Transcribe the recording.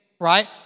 right